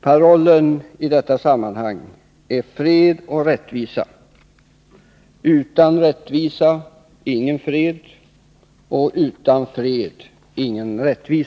Parollen är fred och rättvisa. Utan rättvisa ingen fred, och utan fred ingen rättvisa.